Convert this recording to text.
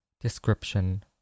Description